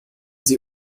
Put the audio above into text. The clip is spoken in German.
sie